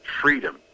freedom